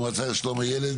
המועצה של שלום הילד,